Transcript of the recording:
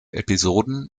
episoden